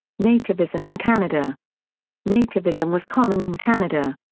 nativism in canada nativism was common in canada.